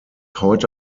heute